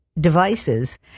devices